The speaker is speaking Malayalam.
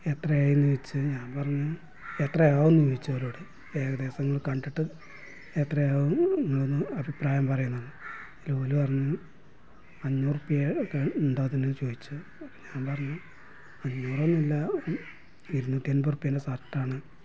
എത്രയായീന്ന് ചോദിച്ച് ഞാൻ പറഞ്ഞ് എത്ര ആവുംന്ന് ചോദിച്ചു അവരോട് ഏകദേശം ഇങ്ങൾ കണ്ടിട്ട് എത്രയാവും ഇങ്ങളൊന്ന് അഭിപ്രായം പറന്ന് പറഞ്ഞ് അന്നേരം ഓൾ പറഞ്ഞു അഞ്ഞൂറുപ്പ്യക്കോ ഉണ്ടോ അതിന് ചോദിച്ച് ഞാൻ പറഞ്ഞു അഞ്ഞൂറ് ഒന്നും ഒരു ഇല്ല ഇരുനൂറ്റിയൻപോർപ്പ്യൻറ്റ സർട്ടാണ്